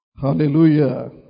Hallelujah